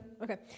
Okay